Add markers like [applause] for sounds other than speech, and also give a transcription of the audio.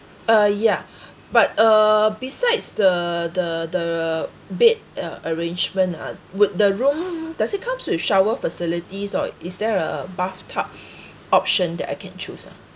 uh yeah [breath] but uh besides the the the bed uh arrangement ah would the room does it comes with shower facilities or is there a bathtub [breath] option that I can choose ah